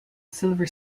silver